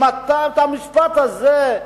אם את המשפט הזה,